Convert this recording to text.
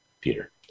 peter